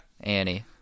Annie